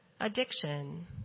addiction